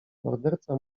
morderca